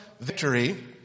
victory